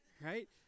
right